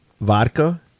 vodka